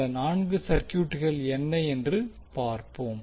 அந்த நான்கு சர்க்யூட்கள் என்ன என்று பார்ப்போம்